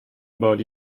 about